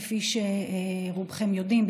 כפי שרובכם יודעים,